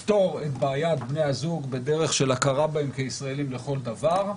לפתור את בעיית בני הזוג בדרך של הכרה בהם כישראלים לכל דבר,